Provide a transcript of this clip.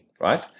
right